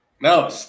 No